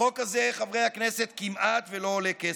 החוק הזה, חברי הכנסת, כמעט לא עולה כסף.